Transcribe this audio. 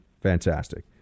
Fantastic